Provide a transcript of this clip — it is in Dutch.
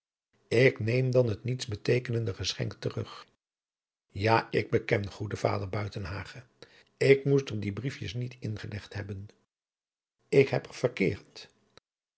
ik neem dan het niets beteekenende geschenk terug ja ik beken goede vader buitenhagen ik moest er die briefjes niet ingelegd hebben ik heb er verkeerd